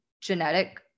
genetic